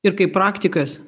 ir kaip praktikas